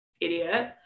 idiot